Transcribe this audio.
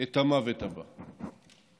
את המוות הבא.